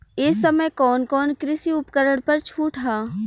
ए समय कवन कवन कृषि उपकरण पर छूट ह?